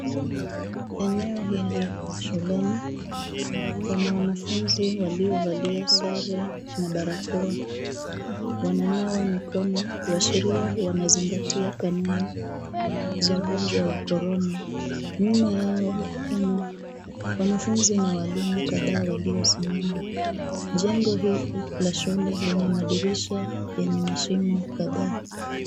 Eneo hili ni shuleni kuna wanafunzi waliovalia sare na barakoa. Wananawa mikono kuashiria wanazingatia kanuni za ugonjwa wa korona. Nyuma yao pana wanafunzi na walimu kadhaa walio simama jengo hili la shule lina madirisha yenye mashimo kadhaa.